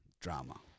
Drama